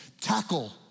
Tackle